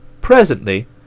Presently